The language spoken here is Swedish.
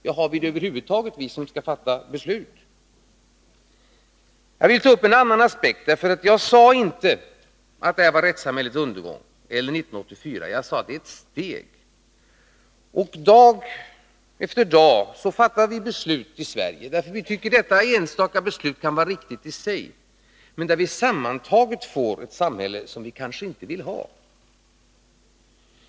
Ja, har vi det över huvud taget, vi som skall fatta beslut? Jag vill ta upp en annan aspekt. Jag sade inte att detta var rättssamhällets undergång eller 1984, utan att det var ett steg. Dag efter dag fattar vi beslut i Sverige därför att vi tycker att dessa enstaka beslut kan vara riktiga, men sammantaget får vi ett samhälle som vi kanske inte vill ha.